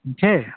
पूछे